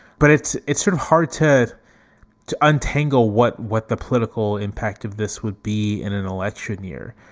but it's it's sort of hard to to untangle what what the political impact of this would be in an election year.